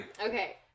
Okay